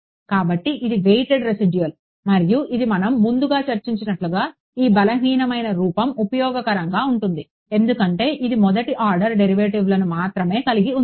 కాబట్టి ఇది weighted residual మరియు ఇది మనం ముందుగా చర్చించినట్లుగా ఈ బలహీనమైన రూపం ఉపయోగకరంగా ఉంటుంది ఎందుకంటే ఇది మొదటి ఆర్డర్ డెరివేటివ్లను మాత్రమే కలిగి ఉంటుంది